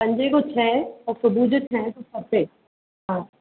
पंजे खां छहें ऐं सुबूह जो छहें खां सतें हा